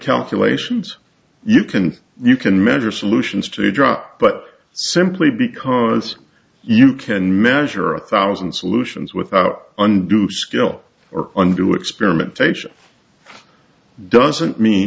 calculations you can you can measure solutions to drop but simply because you can measure a thousand solutions without undue skill or undue experimentation doesn't mean